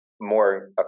more